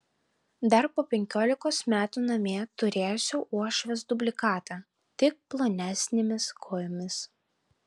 dar po penkiolikos metų namie turėsiu uošvės dublikatą tik plonesnėmis kojomis